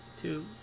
Two